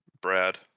Brad